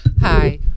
Hi